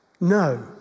No